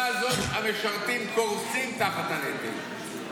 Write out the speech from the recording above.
-- כשבמדינה הזאת המשרתים קורסים תחת הנטל.